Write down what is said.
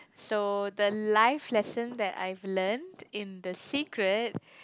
so the life lesson that I've learnt in the secret